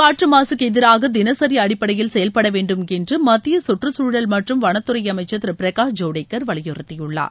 காற்று மாசுக்கு எதிராக தினசரி அடிப்படையில் செயல்பட வேண்டும் என்று மத்திய கற்றுச்சூழல் மற்றும் வனத்துறை அமைச்சர் திரு பிரகாஷ் ஜவடேகர் வலியுறுத்தியுள்ளார்